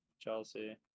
Chelsea